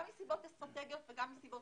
גם מסיבות אסטרטגיות וגם מסיבות